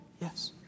Yes